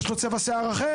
יש לו צבע שיער אחר?